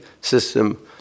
system